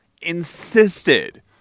insisted